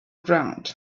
ground